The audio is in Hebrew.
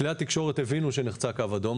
כלי התקשורת הבינו שנחצה קו אדום,